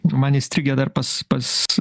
man įstrigę dar pas pas